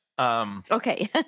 Okay